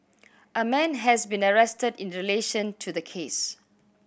a man has been arrested in relation to the case